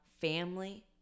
family